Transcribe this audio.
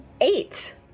eight